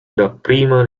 dapprima